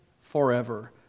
forever